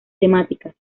temáticas